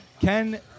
Ken